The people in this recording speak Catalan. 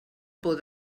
por